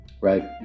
right